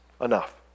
enough